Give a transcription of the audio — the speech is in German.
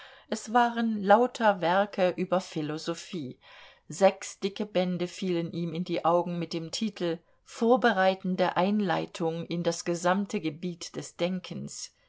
es waren lauter werke über philosophie sechs dicke bände fielen ihm in die augen mit dem titel vorbereitende einleitung in das gesamte gebiet des denkens